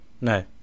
no